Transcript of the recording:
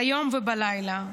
ביום ובלילה.